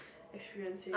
experiencing